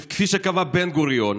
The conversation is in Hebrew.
כפי שקבע בן-גוריון,